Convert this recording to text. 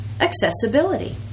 Accessibility